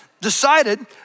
decided